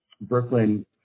Brooklyn